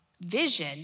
vision